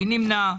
מי נמנע?